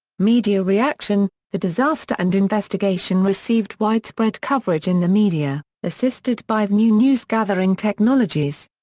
media reaction the disaster and investigation received widespread coverage in the media, assisted by new news gathering technologies.